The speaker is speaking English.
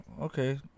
okay